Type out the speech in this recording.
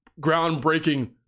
groundbreaking